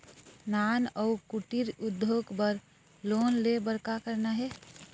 नान अउ कुटीर उद्योग बर लोन ले बर का करना हे?